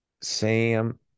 Sam